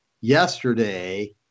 yesterday